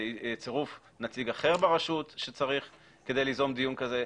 צירוף נציג אחר ברשות שצריך כדי ליזום דיון כזה,